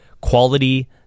quality